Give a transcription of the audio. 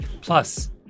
Plus